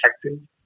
protected